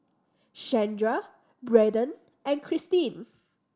Shandra Braden and Christin